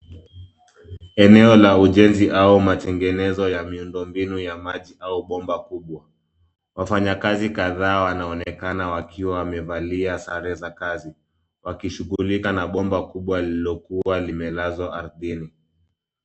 Enao la ujenzi au matengenezo ya miundo mbinu ya maji au bomba kubwa. Wafanyikazi kadhaa wanaonekana wakiwa wamevalia sare za kazi wakishughulika na bomba kubwa lililokuwa limelazwa arthini.